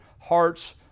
hearts